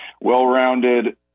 well-rounded